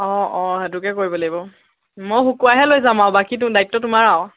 অঁ অঁ সেইটোকে কৰিব লাগিব মই শুকুৱাইহে লৈ যাম আৰু বাকী দ্বায়িত্ব তোমাৰ আৰু